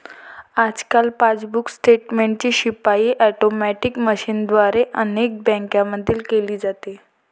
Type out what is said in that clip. आजकाल पासबुक स्टेटमेंटची छपाई ऑटोमॅटिक मशीनद्वारे अनेक बँकांमध्ये केली जाते